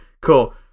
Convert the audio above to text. Cool